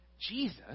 Jesus